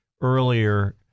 earlier